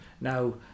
now